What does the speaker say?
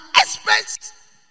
experts